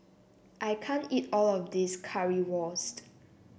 I can't eat all of this Currywurst